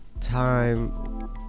time